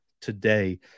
today